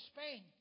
Spain